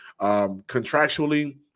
Contractually